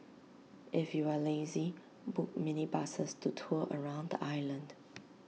if you are lazy book minibuses to tour around the island